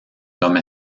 comme